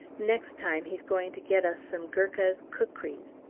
next time he's going to get us some gurkha's kukries.